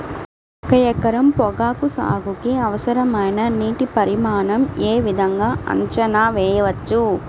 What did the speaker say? ఒక ఎకరం పొగాకు సాగుకి అవసరమైన నీటి పరిమాణం యే విధంగా అంచనా వేయవచ్చు?